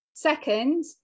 Second